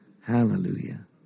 Hallelujah